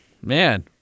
man